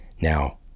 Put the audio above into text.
Now